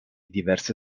diverse